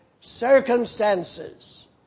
circumstances